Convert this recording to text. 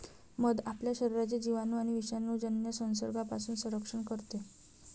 मध आपल्या शरीराचे जिवाणू आणि विषाणूजन्य संसर्गापासून संरक्षण करते